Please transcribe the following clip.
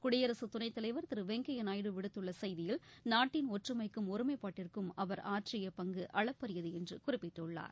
குடியரசு துணைத்தலைவர் திரு வெங்கையா நாயுடு விடுத்துள்ள செய்தியில் நாட்டின் ஒற்றுமைக்கும் ஒருமைப்பாட்டிற்கும் அவர் ஆற்றிய பங்கு அளப்பரியது என்று குறிப்பிட்டுள்ளார்